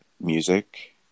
music